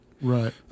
Right